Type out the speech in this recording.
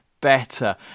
better